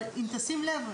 אבל אם תשים לב,